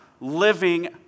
living